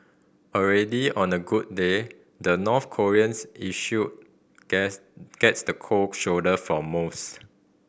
already on a good day the North Koreans issue guess gets the cold shoulder from most